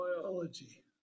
Biology